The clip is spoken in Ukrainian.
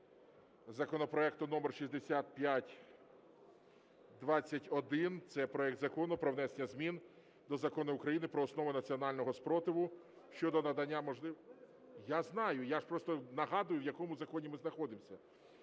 законопроекту № 6521. Це проект Закону про внесення змін до Закону України "Про основи національного спротиву" щодо надання… (Шум у залі) Я знаю, я ж просто нагадую, в якому законі ми знаходимося.